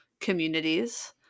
communities